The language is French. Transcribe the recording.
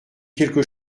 quelque